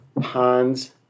ponds